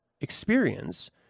experience